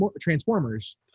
Transformers